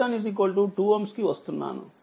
ఇది RN